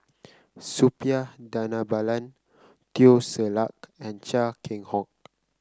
Suppiah Dhanabalan Teo Ser Luck and Chia Keng Hock